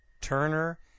Turner